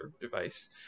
device